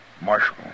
Marshal